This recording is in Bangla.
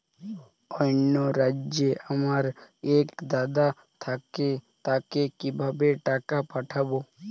অন্য রাজ্যে আমার এক দাদা থাকে তাকে কিভাবে টাকা পাঠাবো?